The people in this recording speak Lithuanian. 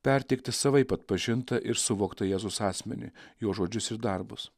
perteikti savaip atpažintą ir suvoktą jėzaus asmenį jo žodžius ir darbus